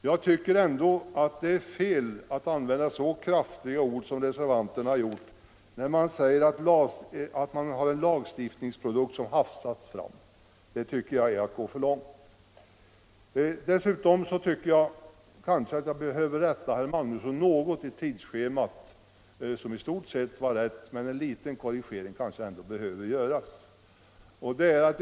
Jag tycker ändå att det är fel att använda så kraftiga ord som reservanterna har gjort, när man säger att det är en lagstiftningsprodukt som hafsats fram. Det tycker jag är att gå för långt. Dessutom anser jag att jag behöver rätta herr Magnusson något i fråga om tidsschemat.